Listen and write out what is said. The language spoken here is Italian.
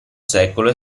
secolo